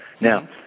Now